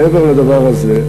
מעבר לדבר הזה,